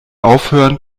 aufhören